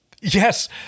Yes